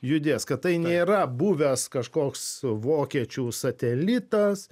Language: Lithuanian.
judės kad tai nėra buvęs kažkoks vokiečių satelitas